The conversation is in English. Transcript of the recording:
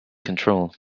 control